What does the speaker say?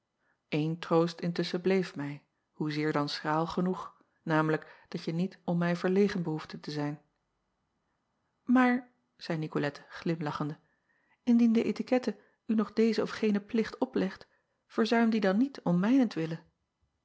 een troost intusschen bleef mij hoezeer dan schraal genoeg namelijk dat je niet om mij verlegen behoefde te zijn aar zeî icolette glimlachende indien de etikette u nog dezen of genen plicht oplegt verzuim dien dan niet om mijnentwille